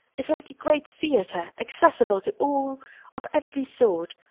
is like a great theatre accessible to all of every sort,